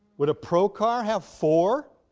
would a pro car have four?